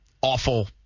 awful